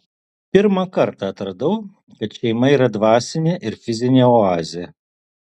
pirmą kartą atradau kad šeima yra dvasinė ir fizinė oazė